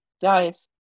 guys